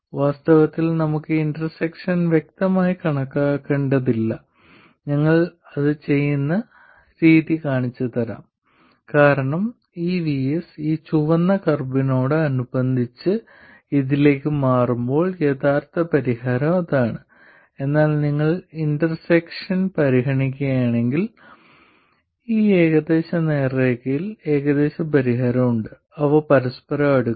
വാസ്തവത്തിൽ നമുക്ക് ഇന്റർസെക്ഷൻ വ്യക്തമായി കണക്കാക്കേണ്ടതില്ല ഞങ്ങൾ അത് ചെയ്യുന്ന രീതി ഞാൻ കാണിച്ചുതരാം കാരണം VS ഈ ചുവന്ന കർവിനോട് അനുബന്ധിച്ച് ഇതിലേക്ക് മാറുമ്പോൾ യഥാർത്ഥ പരിഹാരം അതാണ് എന്നാൽ നിങ്ങൾ ഇന്റർസെക്ഷൻ പരിഗണിക്കുകയാണെങ്കിൽ ഈ ഏകദേശ നേർരേഖയിൽ ഏകദേശ പരിഹാരം ഉണ്ട് അവ പരസ്പരം അടുക്കും